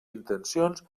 intencions